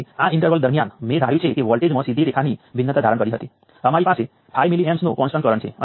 તેથી તેનો અર્થ એ છે કે અમારી પાસે 3 મિલિએમ્પ છે